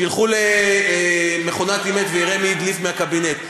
שילכו למכונת אמת ונראה מי הדליף מהקבינט.